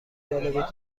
جالب